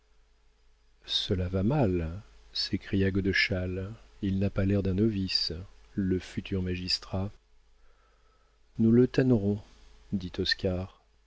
cela va mal s'écria godeschal il n'a pas l'air d'un novice le futur magistrat nous le taonnerons dit